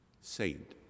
saint